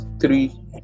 three